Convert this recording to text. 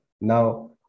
Now